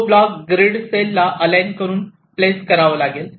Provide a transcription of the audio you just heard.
तो block grid cell ला align करून प्लेस करावा लागेल